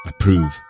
Approve